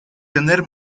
tener